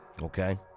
Okay